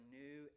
new